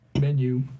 menu